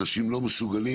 אנשים לא מסוגלים,